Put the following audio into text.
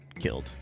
killed